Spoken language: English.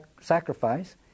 sacrifice